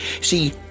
See